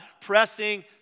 pressing